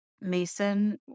Mason